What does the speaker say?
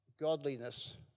godliness